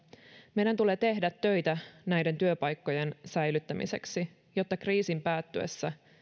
meidän tulee tehdä töitä näiden työpaikkojen säilyttämiseksi jotta kriisin päättyessä